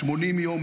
180 יום,